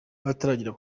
bataragera